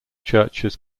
churches